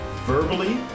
Verbally